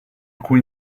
cui